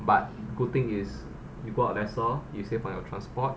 but good thing is you go out lesser you save for your transport